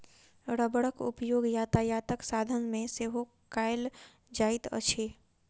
रबड़क उपयोग यातायातक साधन मे सेहो कयल जाइत अछि